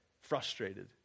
frustrated